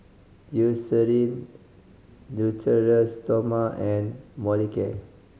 Eucerin Natura Stoma and Molicare